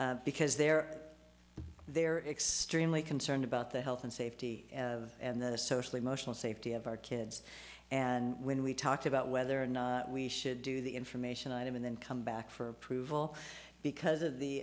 because they're they're extremely concerned about the health and safety and social emotional safety of our kids and when we talked about whether or not we should do the information item and then come back for approval because of the